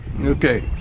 Okay